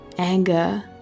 anger